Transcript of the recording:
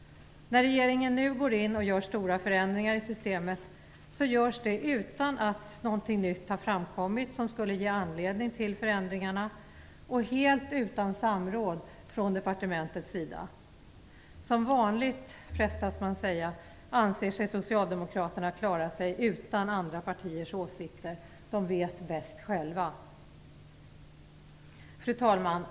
När regeringen nu går in och gör stora förändringar i systemet görs det utan att någonting nytt har framkommit som skulle ge anledning till förändringarna och helt utan samråd från departementets sida. Som vanligt, frestas man säga, anser sig Socialdemokraterna klara sig utan andra partiers åsikter. De vet bäst själva. Fru talman!